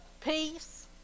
peace